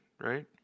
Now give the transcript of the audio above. right